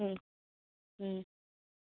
হুম হুম